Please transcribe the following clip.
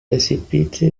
recipite